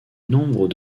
nombre